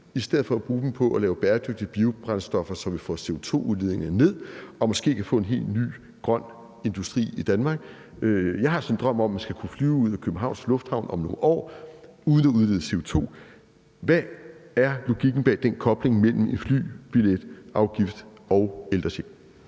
i stedet for at bruge dem på at lave bæredygtige biobrændstoffer, så vi får CO2-udledningen ned og måske kan få en helt ny grøn industri i Danmark? Jeg har sådan en drøm om, at man skal kunne flyve ud af Københavns Lufthavn om nogle år uden at udlede CO2. Hvad er logikken bag den kobling mellem en flybilletafgift og ældrechecken?